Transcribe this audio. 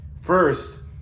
First